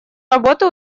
работы